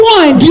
one